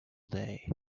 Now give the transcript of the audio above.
day